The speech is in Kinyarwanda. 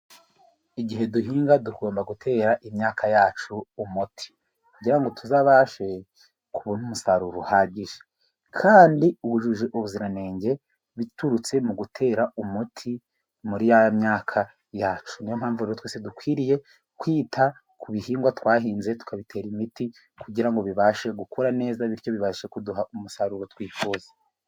Igihe duhinga tugomba gutera imyaka yacu umuti, kugira ngo tuzabashe kubona umusaruro uhagije, kandi wujuje ubuziranenge biturutse mu gutera umuti muri ya myaka yacu. Niyo mpamvu rero twese dukwiriye kwita ku bihingwa twahinze, tukabitera imiti kugira ngo bibashe gukura neza, bityo bibashe kuduha umusaruro twifuza.